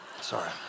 Sorry